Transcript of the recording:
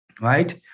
right